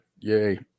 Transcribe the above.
Yay